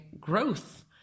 growth